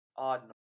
Odd